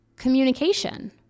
communication